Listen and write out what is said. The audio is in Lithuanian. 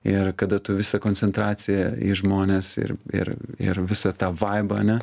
ir kada tu visą koncentraciją į žmones ir ir ir visą tą vaibą ane